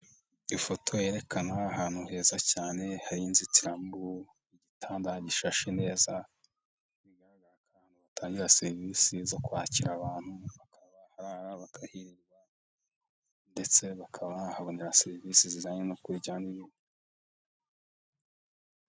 Ifoto yerekana ahantu heza cyane, hari'inzitiramubu igitanda gisha neza aho batanga serivisi zo kwakira abantu baka bakayireba ndetse baka bahabonera serivisi zijyanye nibintu bitandukanye.